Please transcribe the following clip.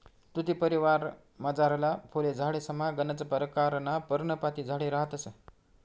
तुती परिवारमझारला फुल झाडेसमा गनच परकारना पर्णपाती झाडे रहातंस